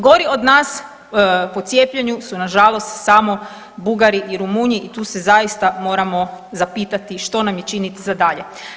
Gori od nas po cijepljenju su nažalost samo Bugari i Rumunji i tu se zaista moramo zapitati što nam je činiti za dalje.